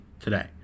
today